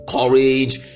Courage